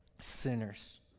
sinners